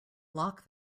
lock